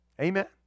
Amen